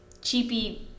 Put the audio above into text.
cheapy